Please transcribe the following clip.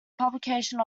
publication